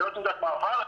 זאת לא תעודת מעבר,